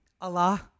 allah